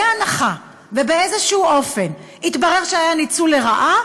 בהנחה שבאיזשהו אופן יתברר שהיה ניצול לרעה,